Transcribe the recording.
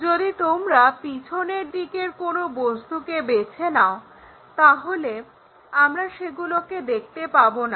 যদি তোমরা পেছনের দিকের কোনো বস্তুকে বেছে নাও তাহলে আমরা সেগুলোকে দেখতে পাবো না